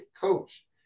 coach